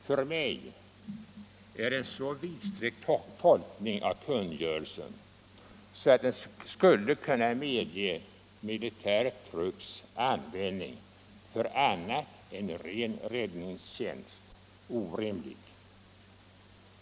För mig är en så vidsträckt tolkning av kungörelsen, att den skulle kunna medge militär trupps användning för annat än ren räddningstjänst, orimlig.